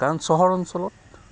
কাৰণ চহৰ অঞ্চলত